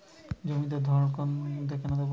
জমিতে ধড়কন কেন দেবো?